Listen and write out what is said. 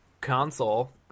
console